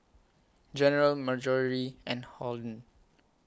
General Marjorie and Holden